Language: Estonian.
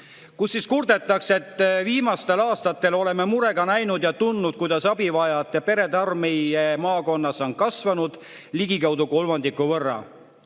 mulle. Kurdetakse, et viimastel aastatel oleme murega näinud ja tundnud, kuidas abi vajavate perede arv meie maakonnas on kasvanud ligikaudu kolmandiku võrra.